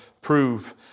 prove